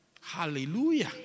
Hallelujah